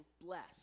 bless